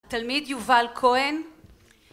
תלמיד יובל כהן